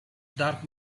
dark